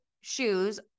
shoes